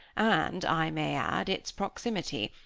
and, i may add, its proximity,